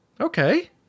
Okay